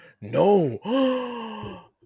No